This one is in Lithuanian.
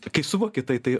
kai suvoki tai tai